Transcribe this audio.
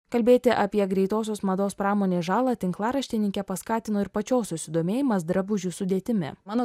kalbėti apie greitosios mados pramonės žalą tinklaraštininkę paskatino ir pačios susidomėjimas drabužių sudėtimi mano